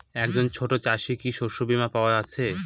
একজন ছোট চাষি কি শস্যবিমার পাওয়ার আছে?